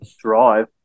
drive